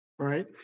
Right